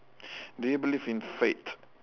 do you believe in fate